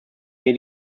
mir